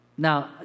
Now